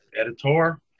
editor